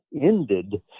ended